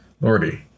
Lordy